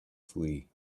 flee